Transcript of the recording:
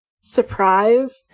surprised